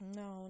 no